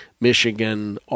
Michigan